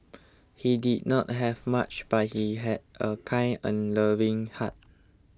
he did not have much but he had a kind and loving heart